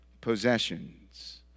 possessions